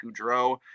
Goudreau